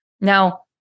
Now